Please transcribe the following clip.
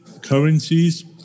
Currencies